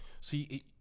see